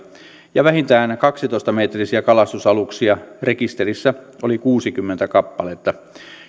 ja vähintään kaksitoista metrisiä kalastusaluksia rekisterissä oli kuusikymmentä kappaletta